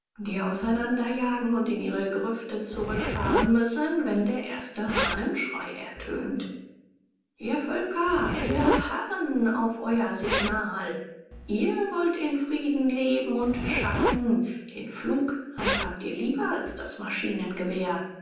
die auseinanderjagen und in ihre grüfte zurückfahren müssen wenn der erste hahnenschrei ertönt ihr völker wir harren auf euer signal ihr wollt in frieden leben und schaffen den pflug handhabt ihr lieber als das maschinengewehr